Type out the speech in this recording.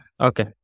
Okay